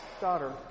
daughter